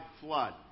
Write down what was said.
flood